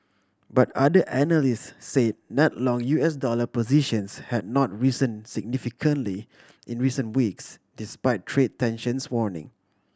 but other analyst say net long U S dollar positions had not risen significantly in recent weeks despite trade tensions waning